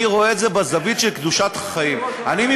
אני רואה את זה בזווית של קדושת חיים.